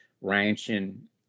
ranching